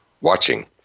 watching